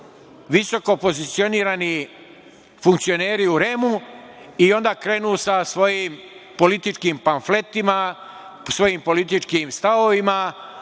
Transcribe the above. visoko pozicionirani funkcioneri u REM-u i onda krenu sa svojim političkim pamfletima, svojim političkim stavovima,